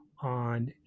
on